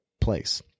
place